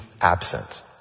absent